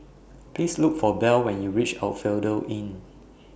Please Look For Belle when YOU REACH Asphodel Inn